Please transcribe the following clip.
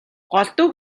голдуу